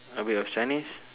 a bit of chinese